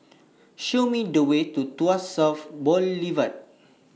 Show Me The Way to Tuas South Boulevard